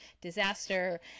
disaster